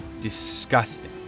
disgusting